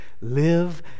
live